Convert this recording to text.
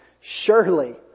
Surely